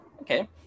Okay